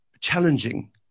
challenging